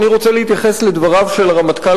אני רוצה להתייחס לדבריו של הרמטכ"ל